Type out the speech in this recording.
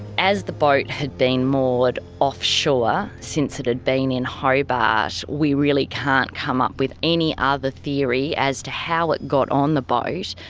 as the boat had been moored offshore since it had been in hobart, we really can't come up with any other theory as to how it got on the boat,